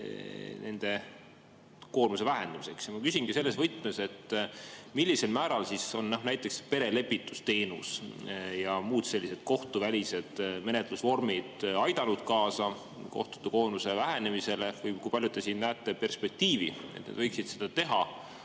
nende koormuse vähendamiseks. Ma küsingi selles võtmes. Millisel määral on näiteks perelepitusteenus ja muud sellised kohtuvälised menetlusvormid aidanud kaasa kohtute koormuse vähenemisele? Kui palju te siin näete perspektiivi, et nad võiksid seda teha?